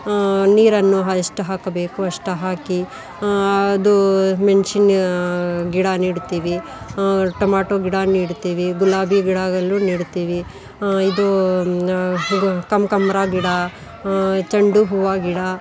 ನೀರನ್ನು ಎಷ್ಟು ಹಾಕಬೇಕು ಅಷ್ಟು ಹಾಕಿ ಅದು ಮೆಣ್ಸಿನ ಗಿಡ ನೆಡ್ತೀವಿ ಟೊಮಾಟೋ ಗಿಡ ನೆಡ್ತೀವಿ ಗುಲಾಬಿ ಗಿಡಗಳು ನೆಡ್ತೀವಿ ಇದು ಕನ್ಕಾಂಬ್ರ ಗಿಡ ಚೆಂಡು ಹೂವು ಗಿಡ